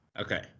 Okay